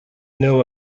know